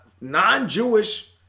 non-Jewish